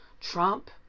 Trump